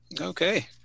okay